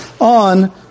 on